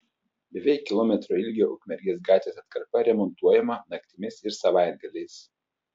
beveik kilometro ilgio ukmergės gatvės atkarpa remontuojama naktimis ir savaitgaliais